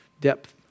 depth